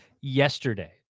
yesterday